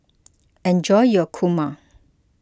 enjoy your Kurma